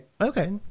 Okay